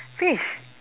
fish